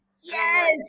yes